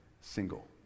single